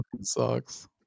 sucks